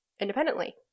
independently